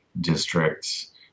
district's